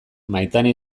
maitane